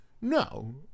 No